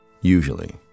Usually